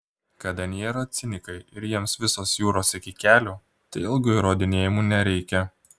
kad anie yra cinikai ir jiems visos jūros iki kelių tai ilgų įrodinėjimų nereikia